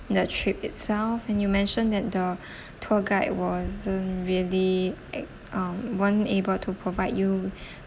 the trip itself and you mentioned that the tour guide wasn't really err um weren't able to provide you